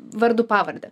vardu pavarde